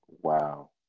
Wow